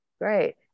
great